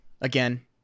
again